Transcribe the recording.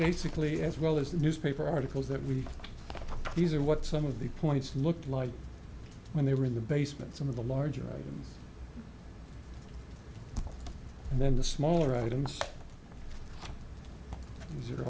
basically as well as the newspaper articles that we these are what some of the points looked like when they were in the basement some of the larger items and then the smaller items these are